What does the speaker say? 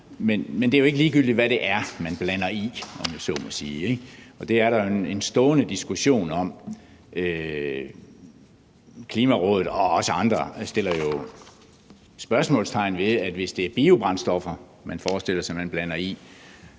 Men det er jo ikke ligegyldigt, hvad man blander i, om jeg så må sige. Det er der jo en stående diskussion om. Klimarådet og også andre sætter jo spørgsmålstegn ved det, altså at hvis det er biobrændstoffer, man forestiller sig at blande i,